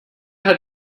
hat